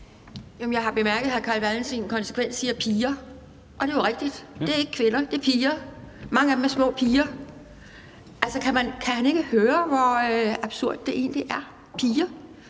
Jeg har bemærket, at hr. Carl Valentin konsekvent siger piger, og det er jo rigtigt – det er ikke kvinder, det er piger. Mange af dem er små piger. Kan han ikke høre, hvor absurd det egentlig er? Det